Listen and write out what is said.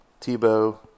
Tebow